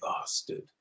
Bastard